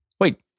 Wait